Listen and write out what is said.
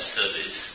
service